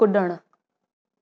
कुड॒णु